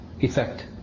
effect